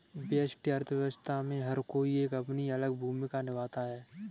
व्यष्टि अर्थशास्त्र में हर कोई एक अपनी अलग भूमिका निभाता है